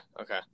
Okay